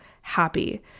happy